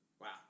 Wow